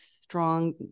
strong